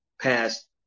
passed